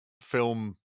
film